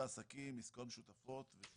אכן יש חברות שעוסקות גם במדידה וגם